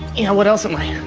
you know what else my